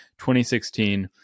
2016